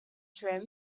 trim